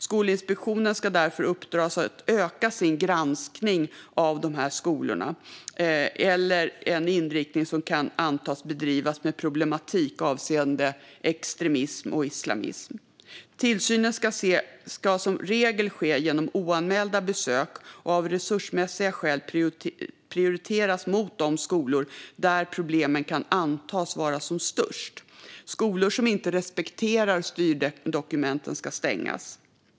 Skolinspektionen ska därför uppdras att öka sin granskning av de här skolorna och de skolor som har en inriktning som kan antas bedrivas med problematik avseende extremism och islamism. Tillsynen ska som regel ske genom oanmälda besök, och av resursmässiga skäl ska man prioritera de skolor där problemen kan antas vara störst. Skolor som inte respekterar styrdokumenten ska stängas.